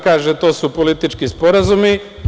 Kaže - to su politički sporazumi.